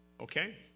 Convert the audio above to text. okay